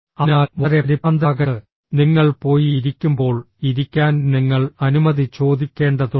അതിനാൽ വളരെ പരിഭ്രാന്തരാകരുത് നിങ്ങൾ പോയി ഇരിക്കുമ്പോൾ ഇരിക്കാൻ നിങ്ങൾ അനുമതി ചോദിക്കേണ്ടതുണ്ട്